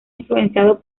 influenciado